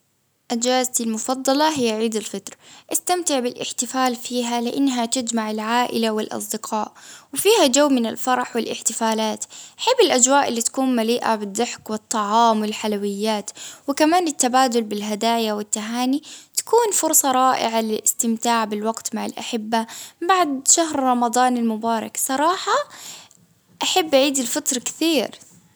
أجازتي المفضلة هي عيد الفطر، أستمتع بالإحتفال فيها لإنها تجمع العائلة والأصدقاء، وفيها جو من الفرح والأحتفالات، حب الأجواء اللي تكون مليئة بالضحك والطعام والحلويات، وكمان التبادل بالهدايا والتهاني، تكون فرصة رائعة للإستمتاع بالوقت مع الأهل بعد شهر رمضان المبارك صراحة أحب عيد الفطر كثير.